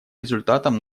результатом